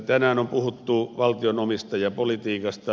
tänään on puhuttu valtion omistajapolitiikasta